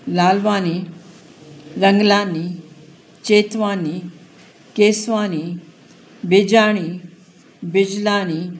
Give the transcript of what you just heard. Lalwani Ranglani Chetwani Keswani Bijani Bijlani